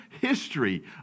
history